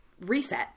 reset